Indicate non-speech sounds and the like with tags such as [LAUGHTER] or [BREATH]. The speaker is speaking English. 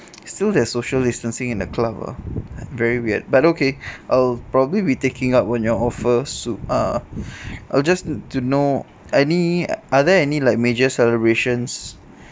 still there's social distancing in a club ah very weird but okay [BREATH] I'll probably be taking up on your offer so uh [BREATH] I'll just need to know any are there any like major celebrations